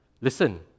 listen